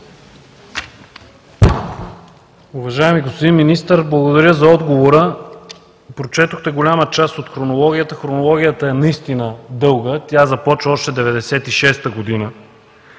Уважаеми господин Министър, благодаря за отговора. Прочетохте голяма част от хронологията. Хронологията наистина е дълга, тя започва още 1996 г.